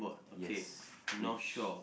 yes which